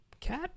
cat